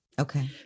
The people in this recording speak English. Okay